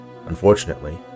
Unfortunately